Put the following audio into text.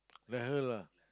the hell lah